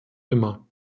immer